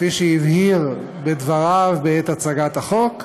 כפי שהבהיר בדבריו בעת הצגת החוק,